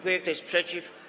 Kto jest przeciw?